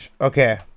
Okay